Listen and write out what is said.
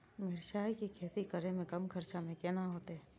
मिरचाय के खेती करे में कम खर्चा में केना होते?